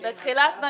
טוב, מספיק, גמרנו.